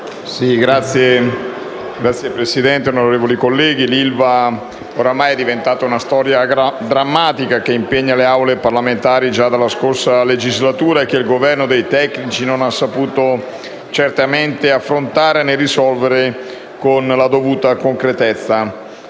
Signora Presidente, onorevoli colleghi, l'ILVA ormai è diventata una storia drammatica che impegna le Aule parlamentari già dalla scorsa legislatura e che il Governo dei tecnici non ha saputo certamente affrontare né risolvere con la dovuta concretezza.